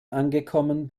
angekommen